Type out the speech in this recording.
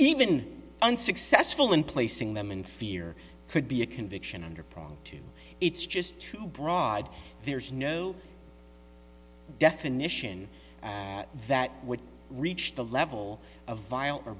even unsuccessful in placing them in fear could be a conviction under prong two it's just too broad there's no definition that would reach the level of violence or